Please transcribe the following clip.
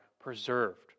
preserved